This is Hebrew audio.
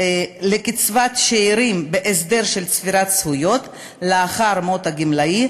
לקצבת שאירים בהסדר של צבירת זכויות לאחר מות הגמלאי